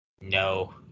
No